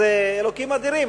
אז אלוקים אדירים,